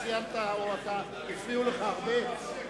הפריעו לך הרבה?